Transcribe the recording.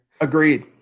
Agreed